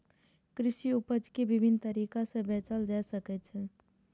कृषि उपज कें विभिन्न तरीका सं बेचल जा सकै छै